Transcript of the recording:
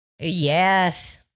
yes